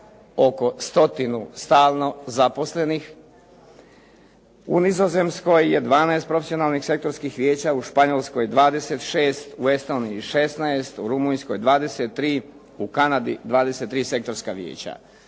oko 100-nu stalno zaposlenih. U Nizozemskoj je 12 profesionalnih sektorskih vijeća, u Španjolskoj 26, u Estoniji 16, u Rumunjskoj 23, u Kanadi 23 sektorska vijeća.